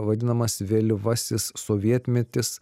vadinamas vėlyvasis sovietmetis